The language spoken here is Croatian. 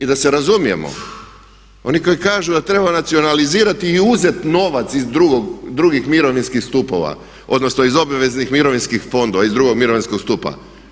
I da se razumijemo oni koji kažu da treba nacionalizirati i uzeti novac iz drugih mirovinskih stupova odnosno iz obveznih mirovinskih fondova, iz 2. mirovinskog stupa.